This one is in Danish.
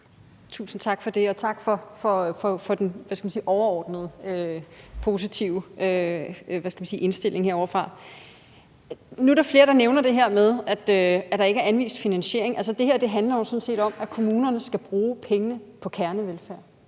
Tusind tak for det og tak for den overordnede positive indstilling herovrefra. Nu er der flere, der nævner det her med, at der ikke er anvist finansiering. Det her handler jo sådan set om, at kommunerne skal bruge pengene på kernevelfærd.